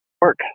work